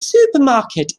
supermarket